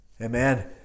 Amen